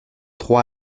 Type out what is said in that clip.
trois